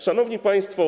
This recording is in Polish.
Szanowni Państwo!